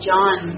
John